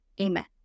Amen